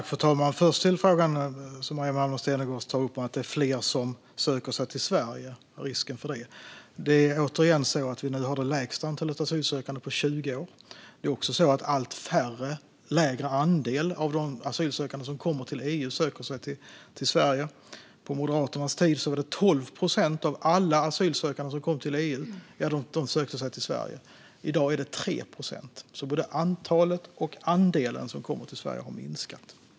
Fru talman! Först, när det gäller den fråga som Maria Malmer Stenergard tar upp, att det är fler som söker sig till Sverige och risken för det, har vi nu det lägsta antalet asylsökande på 20 år. Det är också allt färre och en mindre andel av de asylsökande som kommer till EU som söker sig till Sverige. På Moderaternas tid var det 12 procent av alla asylsökande som kom till EU som sökte sig till Sverige. I dag är det 3 procent, så både antalet och andelen som kommer till Sverige har minskat.